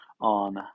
on